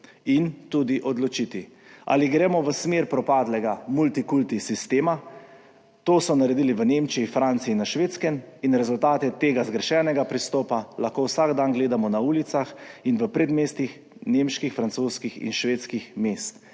in tudi odločiti, ali gremo v smer propadlega multikulti sistema, to so naredili v Nemčiji, Franciji in na Švedskem in rezultate tega zgrešenega pristopa lahko vsak dan gledamo na ulicah in v predmestjih nemških, francoskih in švedskih mest.